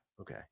Okay